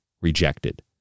rejected